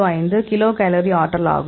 05 kilo calorie ஆற்றல் ஆகும்